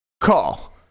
Call